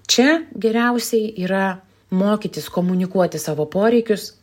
čia geriausiai yra mokytis komunikuoti savo poreikius